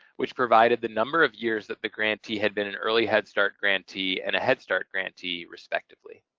which provided the number of years that the grantee had been an early head start grantee and a head start grantee respectively.